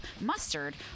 mustard